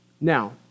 Now